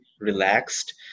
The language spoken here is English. relaxed